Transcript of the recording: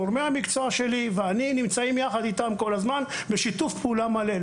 גורמי המקצוע שלי ואני נמצאים יחד איתם כל הזמן בשיתוף פעולה מלא.